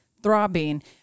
throbbing